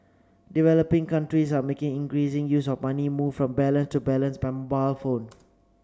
developing countries are making increasing use of money moved from balance to balance by mobile phone